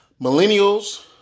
millennials